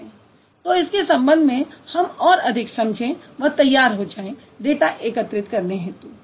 तो इसके संबंध में हम और अधिक समझें व तैयार हो जाएँ डाटा एकत्रित करने हेतु